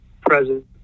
present